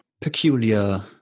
peculiar